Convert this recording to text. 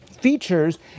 features